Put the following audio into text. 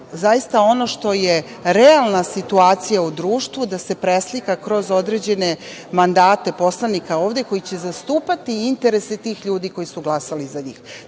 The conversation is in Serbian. zaista ono što je realna situacija u društvu, da se preslika kroz određene mandate poslanika ovde, koji će zastupati interese tih ljudi koji su glasali za